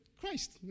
Christ